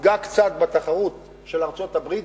יפגע קצת בתחרות של ארצות-הברית.